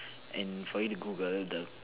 and for you to Google the